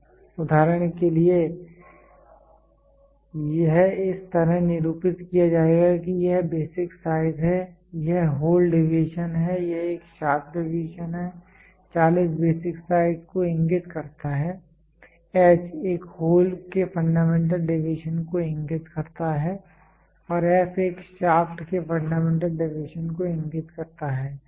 उदाहरण के लिए यह इस तरह निरूपित किया जाएगा कि यह एक बेसिक साइज है यह होल डेविएशन है यह एक शाफ्ट डेविएशन है 40 बेसिक साइज को इंगित करता है H एक होल के फंडामेंटल डेविएशन को इंगित करता है और f एक शाफ्ट के फंडामेंटल डेविएशन को इंगित करता है